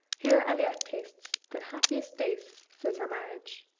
here aliette tastes the happiest days since her marriage.